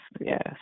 yes